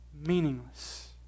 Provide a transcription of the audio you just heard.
meaningless